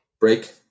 break